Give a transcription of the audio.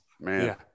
Man